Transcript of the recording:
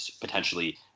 potentially